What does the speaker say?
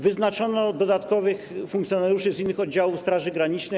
Wyznaczono dodatkowych funkcjonariuszy z innych oddziałów Straży Granicznej.